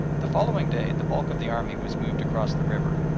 the following day the bulk of the army was moved across the river,